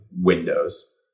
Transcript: windows